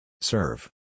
Serve